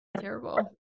terrible